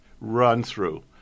run-through